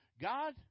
God